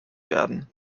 werden